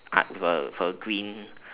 uh were were green